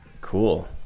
Cool